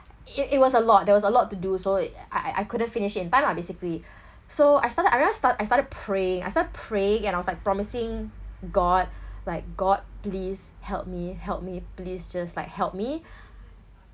it it was a lot there was a lot to do so I I couldn't finish in time lah basically so I started I just start I started praying I start praying and I was like promising god like god please help me help me please just like help me